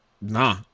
nah